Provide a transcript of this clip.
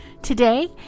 Today